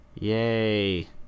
Yay